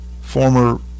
former